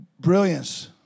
brilliance